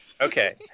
Okay